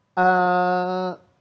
uh